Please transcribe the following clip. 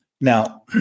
Now